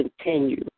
continue